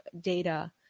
data